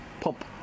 Pump